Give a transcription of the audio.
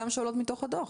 וגם עולות מתוך הדוח.